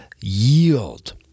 yield